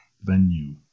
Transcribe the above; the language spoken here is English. Venue